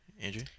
Andrew